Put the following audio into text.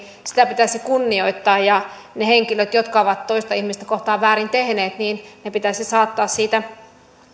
sitä pitäisi kunnioittaa ja ne henkilöt jotka ovat toista ihmistä kohtaan väärin tehneet pitäisi saattaa siitä